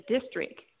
district